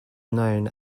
known